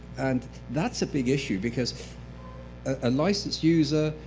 and that's a big issue because a licensed user,